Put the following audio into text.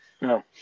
No